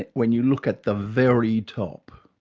when you look at the very top,